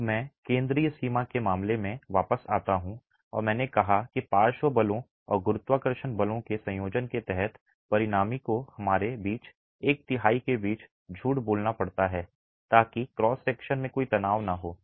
अब मैं केंद्रीय सीमा के मामले में वापस आता हूं और मैंने कहा कि पार्श्व बलों और गुरुत्वाकर्षण बलों के संयोजन के तहत परिणामी को हमारे बीच एक तिहाई के बीच झूठ बोलना पड़ता है ताकि क्रॉस सेक्शन में कोई तनाव न हो